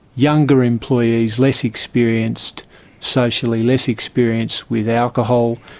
younger employees, less experienced socially, less experience with alcohol,